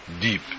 deep